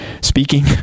speaking